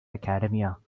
academia